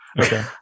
okay